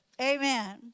Amen